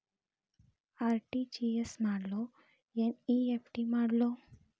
RTGS ಮಾಡ್ಲೊ NEFT ಮಾಡ್ಲೊ?